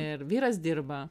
ir vyras dirba